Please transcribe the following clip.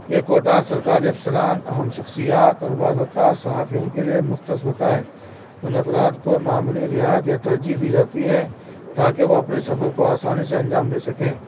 یہ کوٹا سرکاری افسران اہم شخصیات اور بعض اوقات صحافیوں کے لیے مختص ہوتا ہے ان افراد کو معمولی رعایت یا ترجیح دی جاتی ہے تاکہ وہ اپنے سفر کو آسانی سے انجام دے سکیں